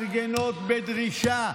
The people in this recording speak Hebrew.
ומתארגנות בדרישה.